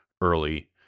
early